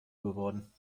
geworden